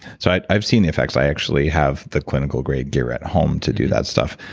so i've i've seen the effects. i actually have the clinical grade gear at home to do that stuff.